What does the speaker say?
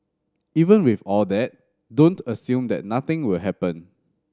even with all that don't assume that nothing will happen